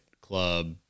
club